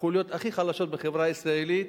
החוליות הכי חלשות בחברה הישראלית,